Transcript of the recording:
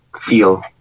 feel